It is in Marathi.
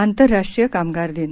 आंतरराष्ट्रीय कामगार दिन